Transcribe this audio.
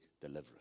deliverer